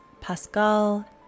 Pascal